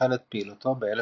שהחל את פעילותו ב־1903.